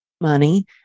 money